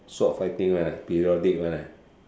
sword fighting lah periodic lah